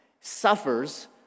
suffers